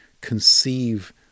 conceive